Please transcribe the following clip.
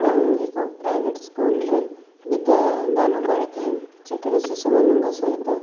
ଏବଂ ଏକ ପ୍ରାଇଭେଟ୍ ସ୍କୁଲ୍ରେ ବିଦ୍ୟାଦାନ କରିଥାଏ ସେଠାରେ ଶିଶୁମାନଙ୍କ ସହିତ